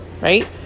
right